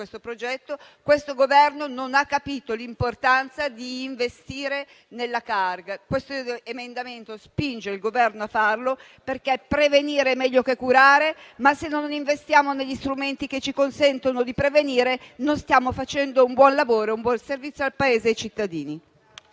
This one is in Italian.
questo progetto. Questo Governo non ha capito l'importanza di investire nella CARG, ma l'emendamento in esame spinge il Governo a farlo, perché prevenire è meglio che curare. Se però non investiamo negli strumenti che ci consentono di prevenire, non stiamo facendo un buon lavoro e un buon servizio al Paese e ai cittadini.